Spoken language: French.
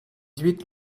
huit